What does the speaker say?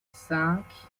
cinq